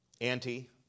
anti